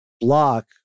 block